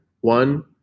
one